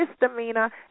misdemeanor